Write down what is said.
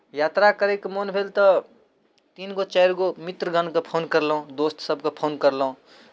यात्रा करयके मोन भेल तऽ तीन गो चारि गो मित्रगणके फोन कयलहुँ दोस्तसभकेँ फोन कयलहुँ